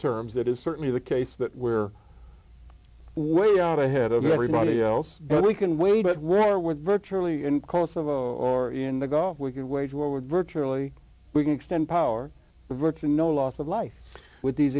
terms that is certainly the case that we're way out ahead of everybody else but we can wait but rather with virtually in kosovo or in the gulf we can wage war with virtually we can extend power virtually no loss of life with these